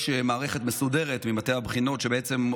במטה הבחינות יש מערכת מסודרת שמעבירה